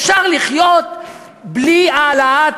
אפשר לחיות בלי העלאת המסים.